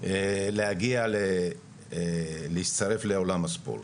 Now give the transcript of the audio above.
להגיע ולהצטרף לאולם הספורט.